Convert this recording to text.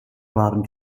waren